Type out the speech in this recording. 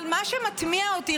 אבל מה שמתמיה אותי,